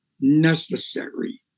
necessary